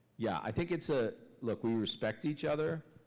yeah i think it's a. look, we respect each other,